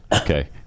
Okay